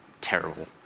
terrible